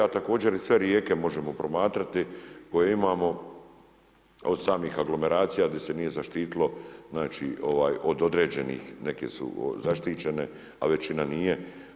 A također i sve rijeke možemo promatrati koje imamo od samih aglomeracija gdje se nije zaštitilo znači od određenih neke su zaštićene, a većina nije.